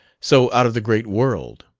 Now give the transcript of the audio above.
so out of the great world.